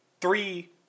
three